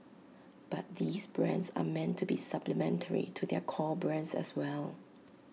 but these brands are meant to be supplementary to their core brands as well